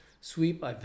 sweep